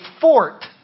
fort